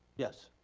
yes.